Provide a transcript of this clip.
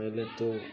पहले तो